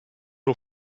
nur